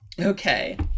okay